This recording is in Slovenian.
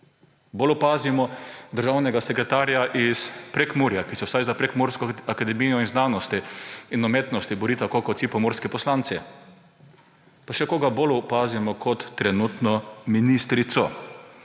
Bolj opazimo državnega sekretarja iz Prekmurja, ki se vsaj za prekmursko akademijo znanosti in umetnosti bori kot vsi pomurski poslanci. Pa še koga bolj opazimo kot trenutno ministrico.